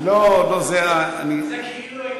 ------ אתה כאילו איננו.